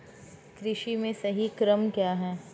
कृषि में सही क्रम क्या है?